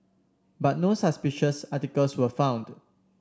but no suspicious articles were found